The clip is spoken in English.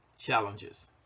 challenges